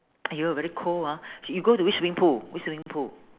!aiyo! very cold hor sh~ you go to which swimming pool which swimming pool